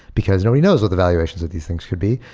because nobody knows what the valuations of these things could be,